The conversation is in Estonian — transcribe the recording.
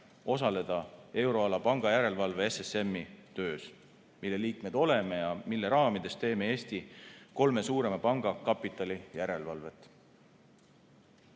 osaleda euroala pangandusjärelevalve SSM-i töös, mille liikmed oleme ja mille raamides teeme Eesti kolme suurema panga kapitali järelevalvet.